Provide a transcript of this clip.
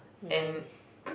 nice